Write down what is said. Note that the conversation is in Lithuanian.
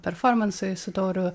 performansui su tauru